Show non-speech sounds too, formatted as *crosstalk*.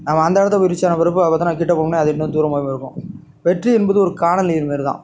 ஆனால் அந்த இடத்த போய் *unintelligible* ஆன பிறகு அவ்வளோ தான் கிட்ட போகும்போது அது இன்னும் தூரமாக போயிருக்கும் வெற்றி என்பது ஒரு கானல் நீர்மாரி தான்